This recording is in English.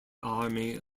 army